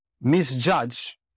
misjudge